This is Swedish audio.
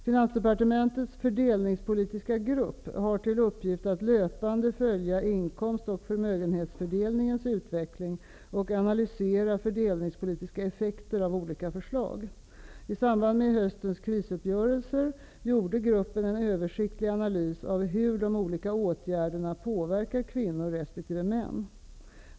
Finansdepartementets fördelningspolitiska grupp har till uppgift att löpande följa inkomst och förmögenhetsfördelningens utveckling och analysera fördelningspolitiska effekter av olika förslag. I samband med höstens krisuppgörelser gjorde gruppen en översiktlig analys av hur de olika åtgärderna påverkar kvinnor resp. män.